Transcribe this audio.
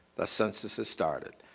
the census has started.